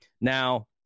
Now